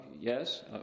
yes